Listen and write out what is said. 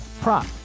prop